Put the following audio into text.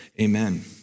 amen